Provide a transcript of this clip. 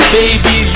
baby